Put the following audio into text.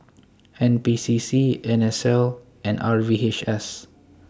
N P C C N S L and R V H S